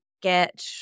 get